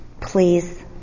Please